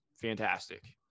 fantastic